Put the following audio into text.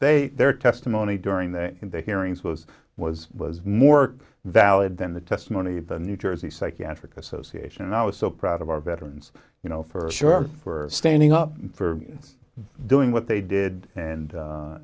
they their testimony during the hearings was was was more valid than the testimony of the new jersey psychiatric association and i was so proud of our veterans you know for sure for standing up for doing what they did and